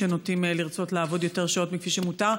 שנוטים לרצות לעבוד יותר שעות מכפי שמותר.